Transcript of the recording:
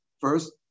first